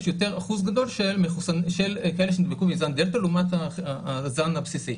יותר אחוז גדול של כאלה שנדבקו מזן דלתא לעומת הזן הבסיסי,